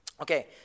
Okay